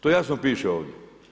To jasno piše ovdje.